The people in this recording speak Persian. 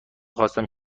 خواستم